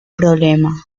problema